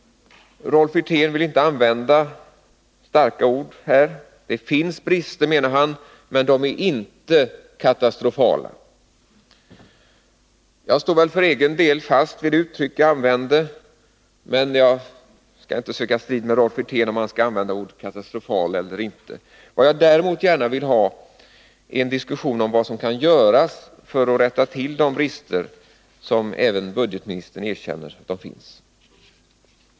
Rolf Wirtén vill inte använda starka ord här. Det finns brister, menar han, men de är inte katastrofala. Jag står för egen del fast vid det uttryck som jag använde. Men jag skall inte söka strid med Rolf Wirtén om huruvida man skall använda ordet katastrofal eller inte. Vad jag däremot gärna vill ha är en diskussion om vad som kan göras för att rätta till de brister som även budgetministern erkänner finns.